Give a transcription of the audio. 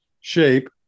shape